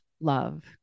love